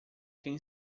quem